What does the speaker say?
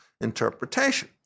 interpretation